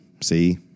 See